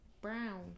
brown